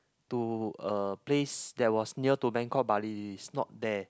to a place that was near to Bangkok but it is not there